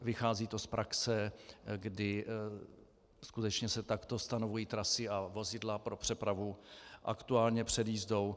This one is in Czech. Vychází to z praxe, kdy skutečně se takto stanovují trasy a vozidla pro přepravu aktuálně před jízdou.